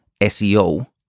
SEO